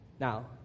Now